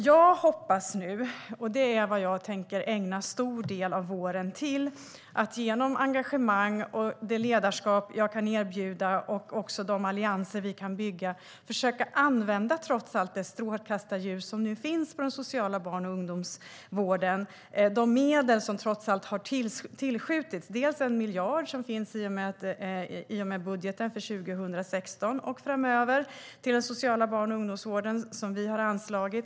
Jag hoppas nu - och det är vad jag tänker ägna en stor del av våren till - att vi genom engagemang och det ledarskap jag kan erbjuda och också de allianser vi kan bygga kan försöka använda det strålkastarljus som nu finns på den sociala barn och ungdomsvården. Medel har trots allt tillskjutits. Det handlar om 1 miljard som finns i och med budgeten för 2016 och framöver till den sociala barn och ungdomsvården, som vi har anslagit.